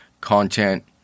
content